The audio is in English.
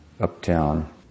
uptown